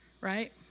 right